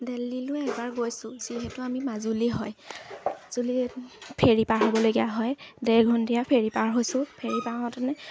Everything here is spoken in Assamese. দিল্লীলৈ এবাৰ গৈছোঁ যিহেতু আমি মাজুলীৰ হয় মাজুলী ফেৰী পাৰ হ'বলগীয়া হয় ডেৰ ঘণ্টীয়া ফেৰী পাৰ হৈছোঁ ফেৰী পাৰ হওঁতেনে